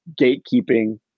gatekeeping